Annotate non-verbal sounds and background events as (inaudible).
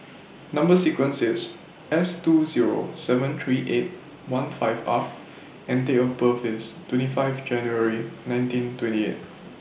(noise) Number sequence IS S two Zero seven three eight one five R and Date of birth IS twenty five January nineteen twenty eight